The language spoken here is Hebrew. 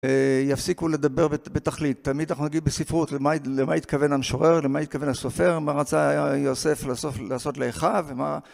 יפסיקו לדבר בתכלית, תמיד אנחנו נגיד בספרות למה התכוון המשורר, למה התכוון הסופר, מה רצה יוסף לסוף לעשות לאחר ומה